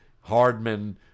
Hardman